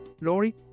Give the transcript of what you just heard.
Laurie